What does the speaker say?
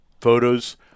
photos